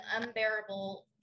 unbearable